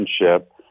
relationship